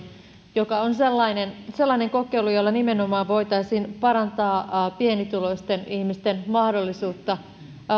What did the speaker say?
joka on sellainen sellainen kokeilu jolla nimenomaan voitaisiin parantaa pienituloisten ihmisten mahdollisuutta